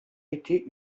été